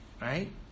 right